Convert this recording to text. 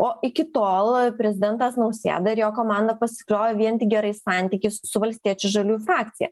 o iki tol prezidentas nausėda ir jo komanda pasikliovė vien tik gerais santykiais su valstiečių žaliųjų frakcija